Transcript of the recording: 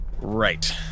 Right